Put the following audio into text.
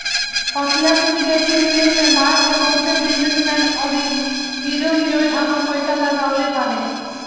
प्रत्यक्ष विदेशी निवेश में भारत के बहुते बिजनेस मैन अउरी हीरो हीरोइन आपन पईसा लगवले बाने